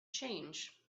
change